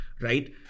right